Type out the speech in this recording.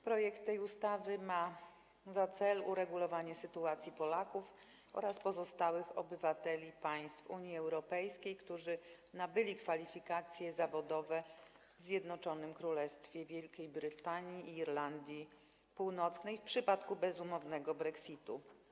Projekt tej ustawy ma na celu uregulowanie sytuacji Polaków oraz pozostałych obywateli państw Unii Europejskiej, którzy nabyli kwalifikacje zawodowe w Zjednoczonym Królestwie Wielkiej Brytanii i Irlandii Północnej, w przypadku bezumownego brexitu.